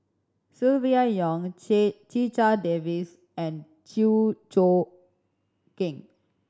Silvia Yong Checha Davies and Chew Choo Keng